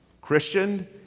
Christian